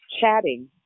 chatting